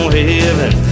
heaven